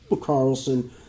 Carlson